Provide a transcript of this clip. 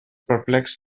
perplexed